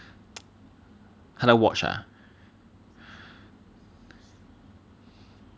他的 watch ah